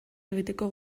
egiteko